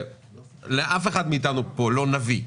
אף אחד מאיתנו פה לא נביא,